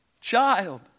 child